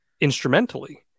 instrumentally